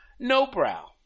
Nobrow